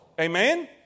Amen